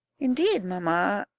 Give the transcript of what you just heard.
indeed, mamma,